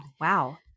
Wow